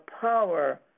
power